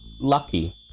lucky